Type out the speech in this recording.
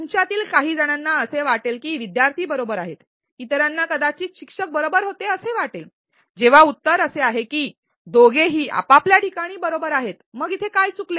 तुमच्यातील काहीजणांना असे वाटेल की विद्यार्थी बरोबर आहेत इतरांना कदाचित शिक्षक बरोबर होते असे वाटेल जेव्हा उत्तर असे आहे की दोघेही आपापल्या ठिकाणी बरोबर आहेत मग इथे काय चुकले